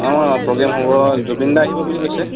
অঁ প্ৰগ্ৰেম হ'ব জুবিন দা আহিব বুলি কৈছে